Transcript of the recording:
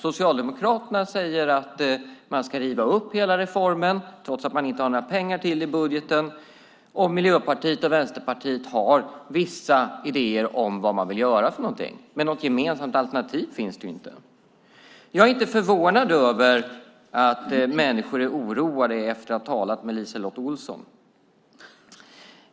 Socialdemokraterna säger att man ska riva upp hela reformen, trots att man inte har några pengar till det i budgeten, och Miljöpartiet och Vänsterpartiet har vissa idéer om vad man vill göra, men det finns inte något gemensamt alternativ. Jag är inte förvånad över att människor är oroade efter att ha talat med LiseLotte Olsson.